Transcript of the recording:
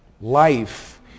life